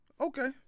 Okay